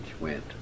went